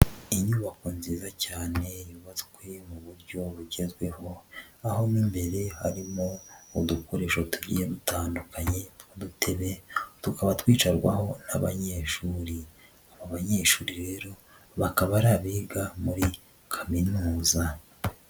Inyubako nziza cyane yubatswe mu buryo bugezweho aho mo imbere harimo udukoresho tugiye dutandukanye tw'udutebe tukaba twicarwaho n'abanyeshuri, aba abanyeshuri rero bakaba ari abiga muri kaminuza.